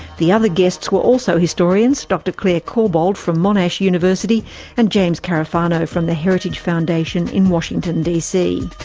the other guests were also historians, dr clare corbould from monash university and james carafano from the heritage foundation in washington dc.